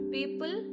People